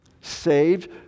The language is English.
Saved